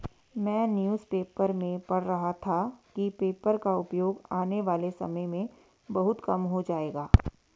मैं newspaper में पढ़ रहा था कि पेपर का उपयोग आने वाले समय में बहुत कम हो जाएगा